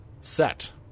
set